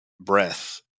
breath